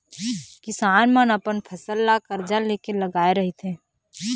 किसान मन अपन फसल ल करजा ले के लगाए रहिथे